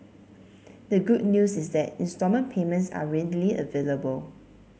the good news is that instalment payments are readily available